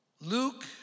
Luke